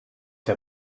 der